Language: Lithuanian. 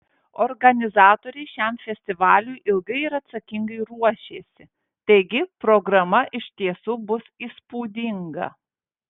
organizatoriai šiam festivaliui ilgai ir atsakingai ruošėsi taigi programa iš tiesų bus įspūdinga